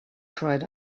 cried